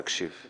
תקשיב.